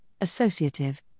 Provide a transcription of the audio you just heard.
associative